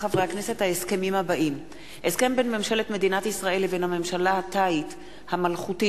הסכם בין ממשלת מדינת ישראל לבין הממשלה התאית המלכותית